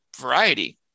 variety